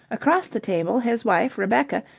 across the table, his wife, rebecca,